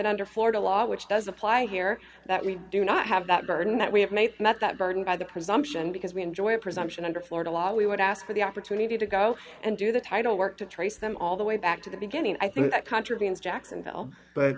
that under florida law which does apply here that we do not have that burden that we have made and that that burden by the presumption because we enjoy a presumption under florida law we would ask for the opportunity to go and do the title work to trace them all the way back to the beginning i think that contravenes jacksonville but